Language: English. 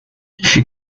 she